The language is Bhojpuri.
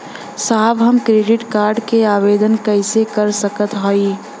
साहब हम क्रेडिट कार्ड क आवेदन कइसे कर सकत हई?